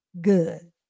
good